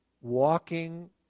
walking